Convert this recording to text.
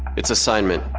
its assignment,